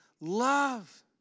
Love